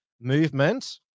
movement